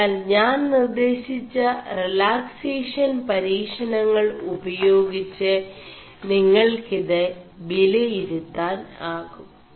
അതിനാൽ ഞാൻ നിർേÇശിg റിലാക്േസഷൻ പരീ ണÆൾ ഉപേയാഗിg് നിÆൾ ിത് വിലയിരുøാൻ ആകും